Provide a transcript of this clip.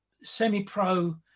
semi-pro